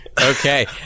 Okay